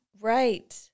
Right